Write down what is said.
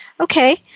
Okay